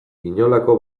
inolako